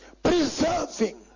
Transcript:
preserving